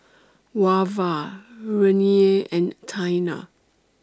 Wava Renea and Taina